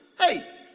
Hey